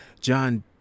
John